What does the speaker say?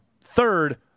Third